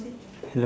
hello